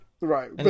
Right